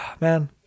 Man